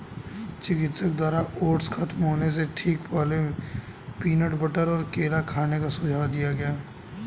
चिकित्सक द्वारा ओट्स खत्म होने से ठीक पहले, पीनट बटर और केला खाने का सुझाव दिया गया